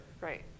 Right